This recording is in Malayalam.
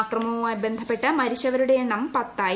അക്രമവുമായി ബന്ധപ്പെട്ട് മരിച്ചവരുടെ എണ്ണം പത്തായി